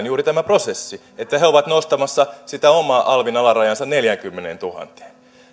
juuri tämä prosessi että he he ovat nostamassa sitä omaa alvin alarajaansa neljäänkymmeneentuhanteen